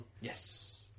yes